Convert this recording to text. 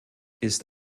ist